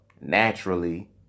naturally